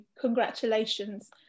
Congratulations